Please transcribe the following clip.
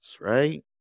right